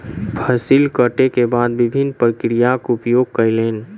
फसिल कटै के बाद विभिन्न प्रक्रियाक उपयोग कयलैन